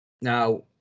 Now